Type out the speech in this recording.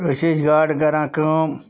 أسۍ ٲسۍ زیادٕ کَران کٲم